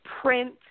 print